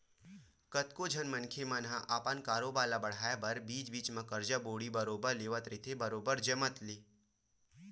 कतको झन मनखे मन ह अपन कारोबार ल बड़हाय बर बीच बीच म करजा बोड़ी बरोबर लेवत रहिथे बरोबर जमत ले